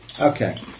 Okay